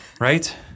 Right